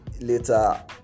later